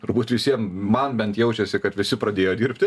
turbūt visiem man bent jaučiasi kad visi pradėjo dirbti